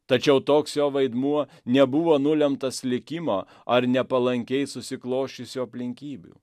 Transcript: tačiau toks jo vaidmuo nebuvo nulemtas likimo ar nepalankiai susiklosčiusių aplinkybių